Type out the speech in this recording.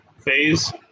phase